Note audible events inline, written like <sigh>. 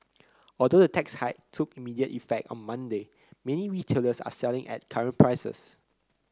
<noise> although the tax hike took immediate effect on Monday many retailers are selling at current <noise> prices